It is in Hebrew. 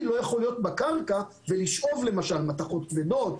לא יכול להיות בקרקע ולשאוב למשל מתכות כבדות,